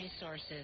resources